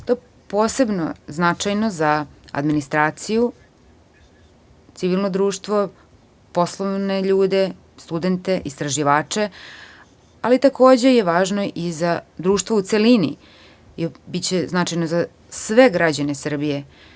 To je posebno značajno za administraciju, civilno društvo, poslovne ljude, studente, istraživače, ali je takođe važno i za društvo u celini i biće značajno za sve građane Srbije.